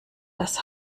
das